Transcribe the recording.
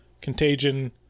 Contagion